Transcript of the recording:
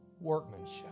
workmanship